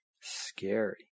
Scary